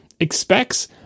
expects